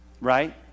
Right